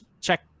check